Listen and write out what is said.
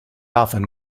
often